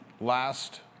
last